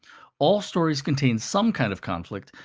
all stories contain some kind of conflict,